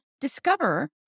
discover